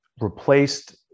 replaced